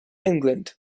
england